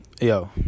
yo